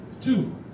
two